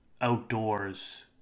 outdoors